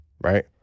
right